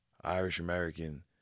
Irish-American